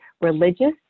religious